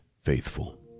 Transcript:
faithful